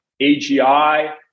AGI